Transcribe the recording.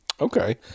Okay